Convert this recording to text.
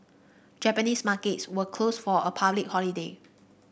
Japanese markets were closed for a public holiday